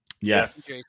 Yes